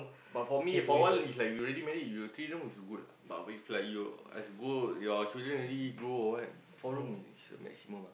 but for me for awhile is like you already married you three room is good ah but if like you as you go your children already grow or what four room is the maximum ah